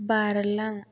बारलां